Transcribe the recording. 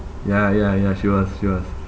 ya ya ya she was she was